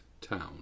town